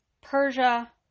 Persia